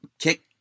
kick